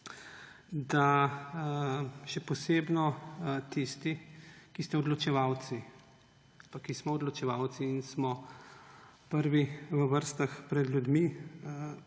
da še posebej tisti, ki ste odločevalci ali ki smo odločevalci in smo prvi v vrstah pred ljudmi,